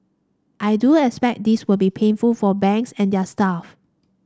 I do expect this will be painful for banks and their staff